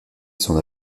son